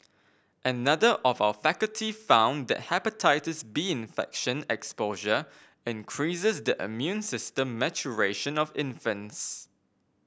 another of our faculty found that Hepatitis B infection exposure increases the immune system maturation of infants